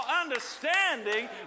understanding